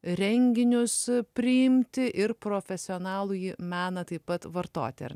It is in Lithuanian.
renginius priimti ir profesionalųjį meną taip pat vartoti ar